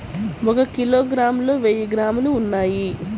ఒక కిలోగ్రామ్ లో వెయ్యి గ్రాములు ఉన్నాయి